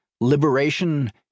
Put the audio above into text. liberation